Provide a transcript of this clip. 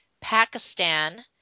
Pakistan